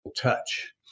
touch